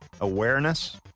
Awareness